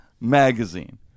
Magazine